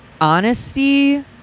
Honesty